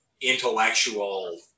intellectual